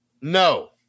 No